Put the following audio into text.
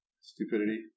stupidity